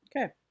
Okay